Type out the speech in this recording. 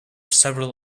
several